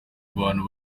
abantu